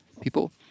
people